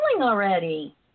already